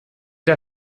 der